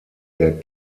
der